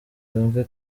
yumve